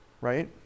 Right